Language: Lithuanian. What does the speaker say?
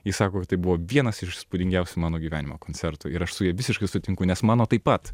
ji sako tai buvo vienas iš įspūdingiausių mano gyvenimo koncertų ir aš su ja visiškai sutinku nes mano taip pat